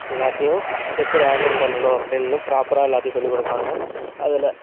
எல்லாத்தையும் எப்படி ஹாண்டில் பண்ணணும் அப்படின்னு ப்ராப்பராக எல்லாத்தையும் சொல்லிக் கொடுப்பாங்க அதில்